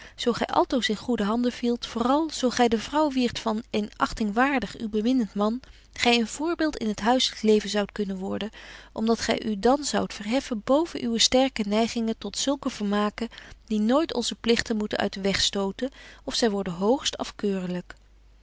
zo gy altoos in goede handen vielt vooral zo gy de vrouw wierdt van een achtingwaardig u beminnent man gy een voorbeeld in het huisselyk leven zoudt kunnen worden om dat gy u dan zoudt verheffen boven uwe sterke neigingen tot zulke vermaken die nooit onze pligten moeten uit den weg stoten of zy worden